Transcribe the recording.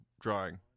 drawing